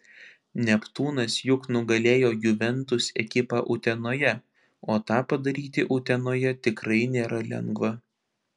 neptūnas juk nugalėjo juventus ekipą utenoje o tą padaryti utenoje tikrai nėra lengva